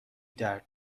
درد